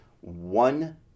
one